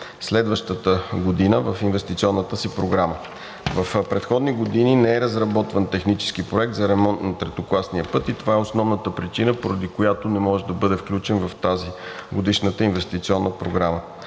следващата година в инвестиционната си програма. В предходни години не е разработван технически проект за ремонт на третокласния път и това е основната причина, поради която не може да бъде включен в тазгодишната инвестиционна програма.